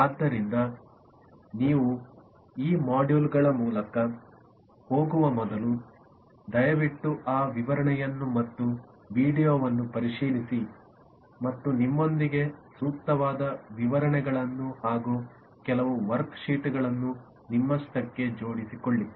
ಆದ್ದರಿಂದ ನೀವು ಈ ಮಾಡ್ಯೂಲ್ಗಳ ಮೂಲಕ ಹೋಗುವ ಮೊದಲು ದಯವಿಟ್ಟು ಆ ವಿವರಣೆಯನ್ನು ಮತ್ತು ವೀಡಿಯೊವನ್ನು ಪರಿಶೀಲಿಸಿ ಮತ್ತು ನಿಮ್ಮೊಂದಿಗೆ ಸೂಕ್ತವಾದ ವಿವರಣೆಗಳನ್ನು ಹಾಗೂ ಕೆಲವು ವರ್ಕ್ಶೀಟ್ಗಳನ್ನು ನಿಮ್ಮಷ್ಟಕ್ಕೆ ಜೋಡಿಸಿಕೊಳ್ಳಿ